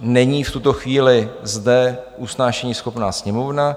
Není v tuto chvíli zde usnášeníschopná Sněmovna.